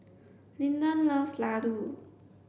Lyndon loves Laddu